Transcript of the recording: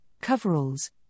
coveralls